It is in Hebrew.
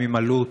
גם עם אלו"ט,